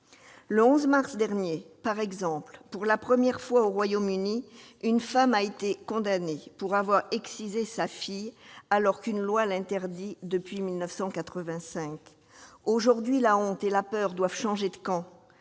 Le 11 mars dernier, par exemple, pour la première fois au Royaume-Uni, une femme a été condamnée pour avoir excisé sa fille alors qu'une loi l'interdit depuis 1985. Aujourd'hui, la honte et la peur doivent changer de camp.